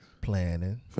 Planning